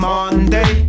Monday